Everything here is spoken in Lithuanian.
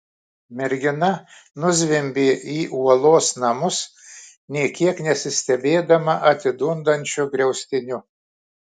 mergina nuzvimbė į uolos namus nė kiek nesistebėdama atidundančiu griaustiniu